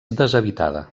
deshabitada